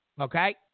Okay